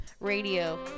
radio